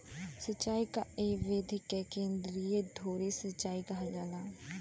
सिंचाई क इ विधि के केंद्रीय धूरी सिंचाई कहल जाला